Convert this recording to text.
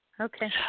Okay